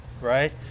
right